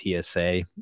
tsa